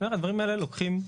הדברים האלה לוקחים זמן.